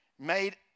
Made